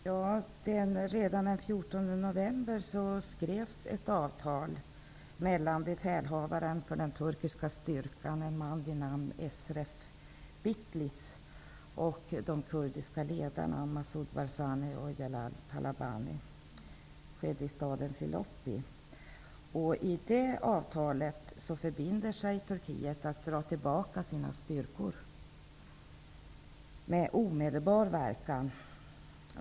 Herr talman! Redan den 14 november skrevs ett avtal mellan befälhavaren för den turkiska styrkan Barzani och Jelal Talabani i staden Silopi. I avtalet förbinder sig Turkiet att dra tillbaka sina styrkor med omedelbar verkan.